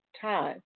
time